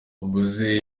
ubuze